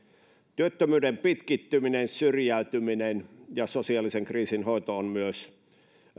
työttömyyden pitkittymisen syrjäytymisen ja sosiaalisen kriisin hoito ovat myös